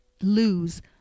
lose